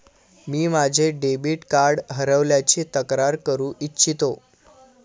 मी माझे debit card हरवल्याची तक्रार करू इच्छितो